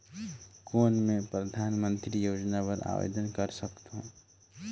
कौन मैं परधानमंतरी योजना बर आवेदन कर सकथव?